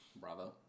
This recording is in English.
bravo